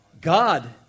God